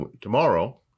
tomorrow